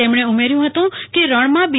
તેમને ઉમેર્થું ફતું કે રણમાં બી